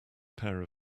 pair